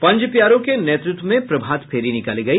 पंज प्यारों के नेतृत्व में प्रभात फेरी निकाली गई